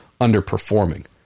underperforming